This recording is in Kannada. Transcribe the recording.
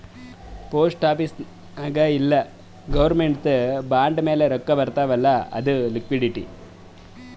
ಪೋಸ್ಟ್ ಆಫೀಸ್ ನಾಗ್ ಇಲ್ಲ ಗೌರ್ಮೆಂಟ್ದು ಬಾಂಡ್ ಮ್ಯಾಲ ರೊಕ್ಕಾ ಬರ್ತಾವ್ ಅಲ್ಲ ಅದು ಲಿಕ್ವಿಡಿಟಿ